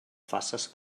faces